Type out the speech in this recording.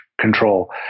control